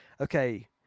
okay